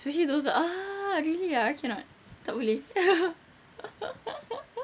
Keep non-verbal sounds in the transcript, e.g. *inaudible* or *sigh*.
especially those ah I really ah I cannot tak boleh *laughs*